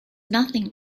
nothing